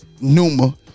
Numa